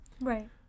Right